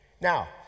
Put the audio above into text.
Now